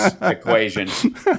equation